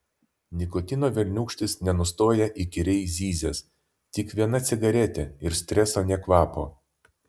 nikotino velniūkštis nenustoja įkyriai zyzęs tik viena cigaretė ir streso nė kvapo